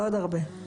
ועוד הרבה.